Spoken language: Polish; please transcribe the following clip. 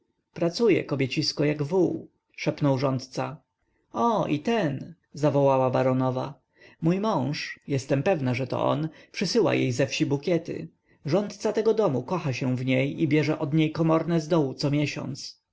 pracuje kobiecisko jak wół szepnął rządca o i ten zawołała baronowa mój mąż jestem pewna że to on przysyła jej ze wsi bukiety rządca tego domu kocha się w niej i bierze od niej komorne zdołu co miesiąc